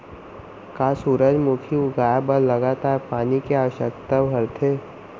का सूरजमुखी उगाए बर लगातार पानी के आवश्यकता भरथे?